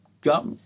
got